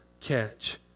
catch